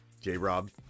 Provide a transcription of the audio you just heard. J-Rob